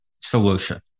solution